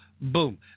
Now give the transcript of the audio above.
Boom